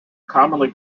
commonly